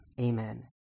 Amen